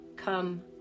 come